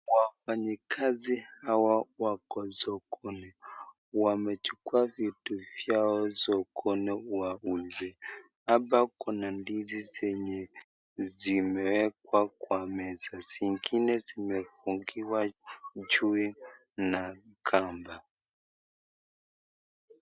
Wafanyikazi hawa wako sokoni wamechukua vitu vyao sokoni wauze, hapa kuna ndizi zenye zimewekwa kwa meza zingine zimefungiwa juu na kamba.